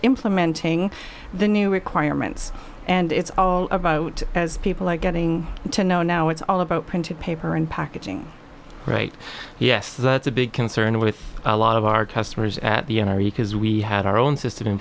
implementing the new requirements and it's all about as people are getting to know now it's all about printing paper and packaging right yes that's a big concern with a lot of our customers at the end we had our own system in